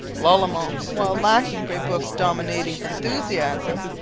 lalemant, while lacking brebeuf's dominating enthusiasm,